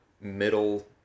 middle